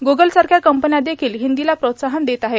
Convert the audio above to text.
गुगलसारख्या कंपन्या देखिल हिंदीला प्रोत्साहन देत आहेत